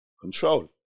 control